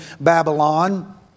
Babylon